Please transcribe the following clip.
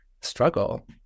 struggle